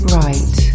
right